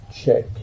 check